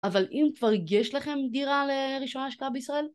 אבל אם כבר יש לכם דירה ל... ראשונה השקעה בישראל?